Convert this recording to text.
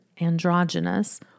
androgynous